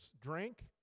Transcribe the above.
drink